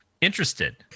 interested